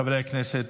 חברי הכנסת,